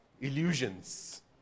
illusions